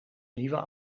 nieuwe